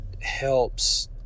helps